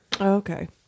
Okay